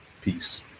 Peace